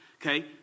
Okay